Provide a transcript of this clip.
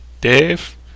Dave